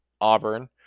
Auburn